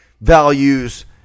values